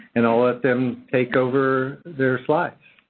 and i'll let them take over their slides.